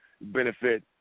benefit